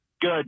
Good